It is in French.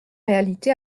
réalité